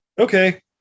okay